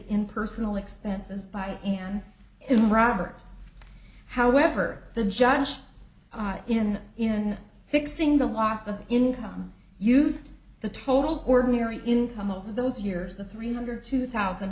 in personal expenses by an in robert however the just in in fixing the loss of income used the total ordinary income over those years the three hundred two thousand